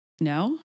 no